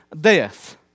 death